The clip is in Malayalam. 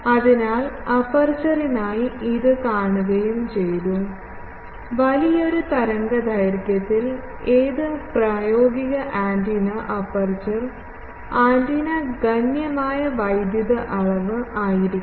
അതിനാൽ അപ്പർച്ചറിനായി ഇത് കാണുകയും ചെയ്തു വലിയൊരു തരംഗദൈർഘ്യത്തിൽ ഏത് പ്രായോഗിക ആന്റിന അപ്പർച്ചർ ആന്റിന ഗണ്യമായ വൈദ്യുത അളവ് ആയിരിക്കണം